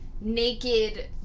Naked